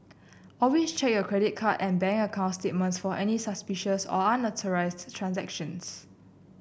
always check your credit card and bank account statements for any suspicious or unauthorised transactions